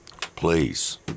Please